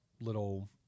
little